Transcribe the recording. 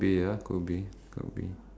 and if they can